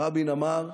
רבין אמר: